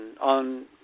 on